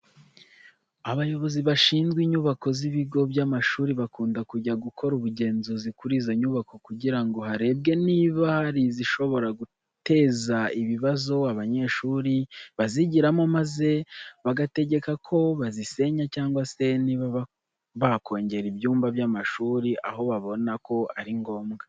Abayobozi bashinzwe inyubako z'ibigo by'amashuri bakunda kujya gukora ubugenzuzi kuri izo nyubako kugira ngo harebwe niba hari izishobora kuteza ibibazo abanyeshuri bazigiramo maze bagategeka ko bazisenya cyangwa se niba bakongera ibyumba by'amashuri aho babona ko ari ngombwa.